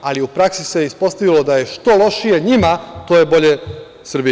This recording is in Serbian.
Ali, u praksi se uspostavilo da je što lošije njima, to je bolje Srbiji.